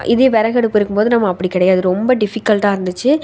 இதே விறகடுப்பு இருக்கும் போது நம்ம அப்படி கிடையாது ரொம்ப டிஃபிக்கல்ட்டாக இருந்துச்சு